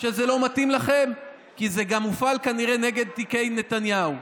שזה לא מתאים לכם: כי זה גם הופעל כנראה נגד תיקי נתניהו.